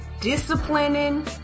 disciplining